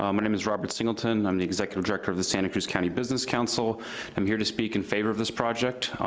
um name is robert singleton, and i'm the executive director of the santa cruz county business council, and i'm here to speak in favor of this project.